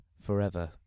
forever